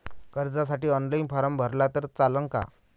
कर्जसाठी online form भरला तर चालन का?